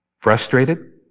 frustrated